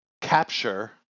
capture